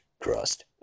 crust